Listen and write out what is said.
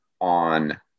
on